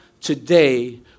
Today